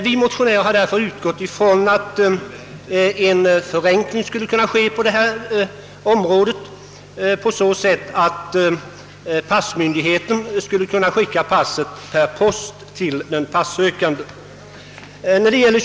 Vi motionärer har utgått från att en förenkling skulle kunna genomföras på detta område på så sätt att passmyndigheten skulle kunna skicka passet per post till den passökande.